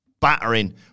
battering